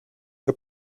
que